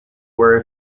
where